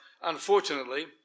unfortunately